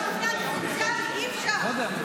אי-אפשר.